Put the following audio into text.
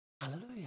Hallelujah